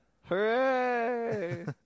hooray